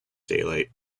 daylight